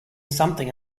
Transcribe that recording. something